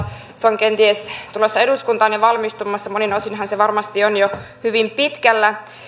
se on kenties tulossa eduskuntaan ja monin osinhan se varmasti on jo valmistumassa hyvin pitkällä